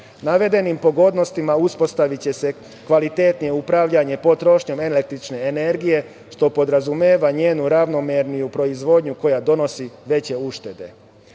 itd. Navedenim pogodnostima uspostaviće se kvalitetnije upravljanje potrošnjom električne energije, što podrazumeva njenu ravnomerniju proizvodnju koja donosi veće uštede. Zbog